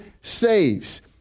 saves